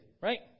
right